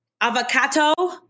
avocado